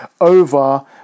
over